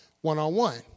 one-on-one